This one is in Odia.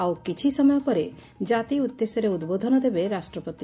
ଆଉ କିଛି ସମୟ ପରେ କାତି ଉଦ୍ଦେଶ୍ୟରେ ଉଦ୍ବୋଧନ ଦେବେ ରାଷ୍ଟପତି